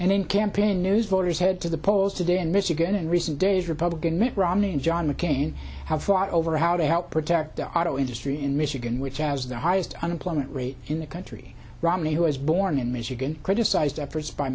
and in campaign news voters head to the polls today in michigan in recent days republican mitt romney and john mccain have fought over how to help protect the auto industry in michigan which has the highest unemployment rate in the country romney who was born in michigan criticized effort